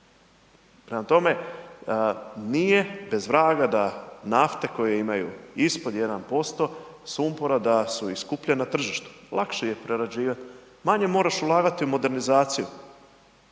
Prema tome, nije bez vraga da nafte koje imaju ispod 1% sumpora da su i skuplje na tržištu, lakše ih prerađivati, manje moraš ulagati u modernizaciju